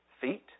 feet